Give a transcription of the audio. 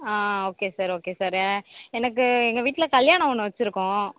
ஆ okay sir okay சாரே எனக்கு எங்கள் வீட்டில் கல்யாணம் ஒன்று வச்சுருக்கோம்